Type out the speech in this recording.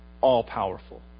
all-powerful